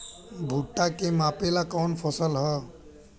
भूट्टा के मापे ला कवन फसल ह?